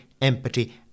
Empathy